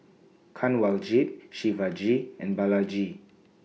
Kanwaljit Shivaji and Balaji